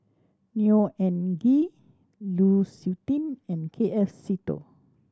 Neo Anngee Lu Suitin and K F Seetoh